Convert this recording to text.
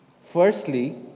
Firstly